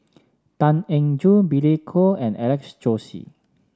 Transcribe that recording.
Tan Eng Joo Billy Koh and Alex Josey